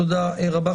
תודה רבה.